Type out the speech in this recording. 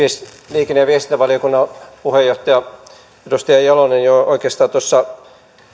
liikenne ja viestintävaliokunnan puheenjohtaja edustaja jalonen jo oikeastaan tuossa